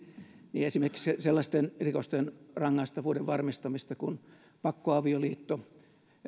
niin esimerkiksi sellaisten rikosten rangaistavuuden varmistamista kuin pakkoavioliitto